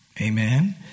Amen